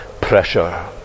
pressure